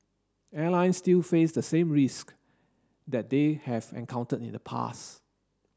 airlines still face the same risk that they have encountered in the past